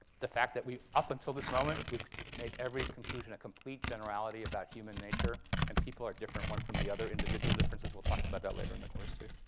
the fact that, up until this moment, we've made every conclusion a complete generality about human nature. and people are different one from the other, individual differences. we'll talk about that later in the course, too.